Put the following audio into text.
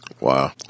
wow